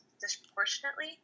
disproportionately